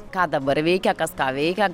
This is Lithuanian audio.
ką dabar veikia kas tą veikia